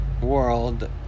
world